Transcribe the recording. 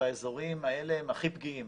והאזורים האלה הם הכי פגיעים